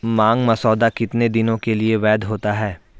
मांग मसौदा कितने दिनों के लिए वैध होता है?